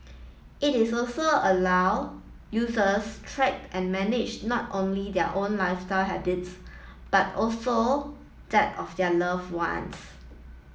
it is also allow users track and manage not only their own lifestyle habits but also that of their love ones